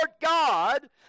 God